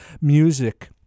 music